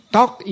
Talk